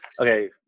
Okay